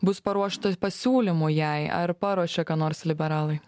bus paruošta pasiūlymų jai ar paruošė ką nors liberalai